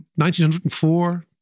1904